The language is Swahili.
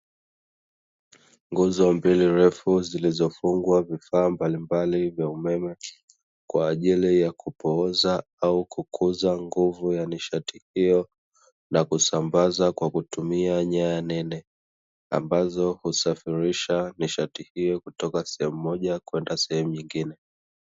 Nguzo mbili ndefu zilizofungwa vifaa mbalimbali vya umeme, kwa ajili ya kupoaza au kukuza nguvu ya nishati hiyo na kusambaza kwa kutumia nyaya nene ambazo husafirisha nishati hiyo kutoka sehemu moja kwenda sehemu nyingine.